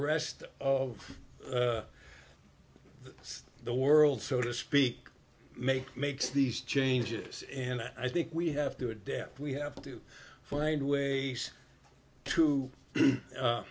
rest of the world so to speak make makes these changes and i think we have to adapt we have to find ways to